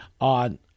on